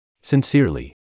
Sincerely